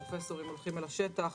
פרופסורים הולכים אל השטח,